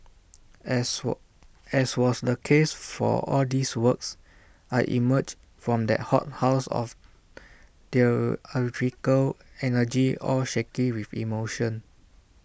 as were as was the case for all these works I emerged from that hothouse of theatrical energy all shaky with emotion